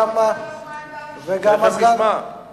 וגם הסגן אני רוצה לדעת מה העמדה הרשמית.